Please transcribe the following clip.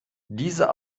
diese